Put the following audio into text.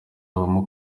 habamo